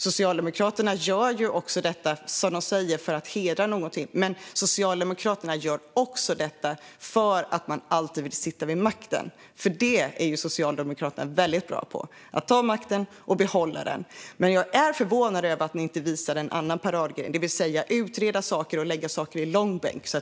Socialdemokraterna gör detta för att, som de säger, hedra någonting. Men Socialdemokraterna gör också detta för att de alltid vill sitta vid makten. Det är Socialdemokraterna väldigt bra på, att ta makten och behålla den. Jag är förvånad över att ni inte visar en annan paradgren, det vill säga att utreda saker och lägga saker i långbänk.